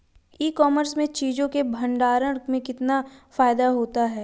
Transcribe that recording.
ई commerce में चीज़ों के भंडारण में कितना फायदा होता है?